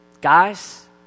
Guys